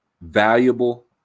valuable –